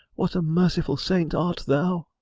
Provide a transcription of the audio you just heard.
what a merciful saint art thou!